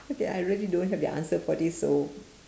okay I really don't have the answer for this so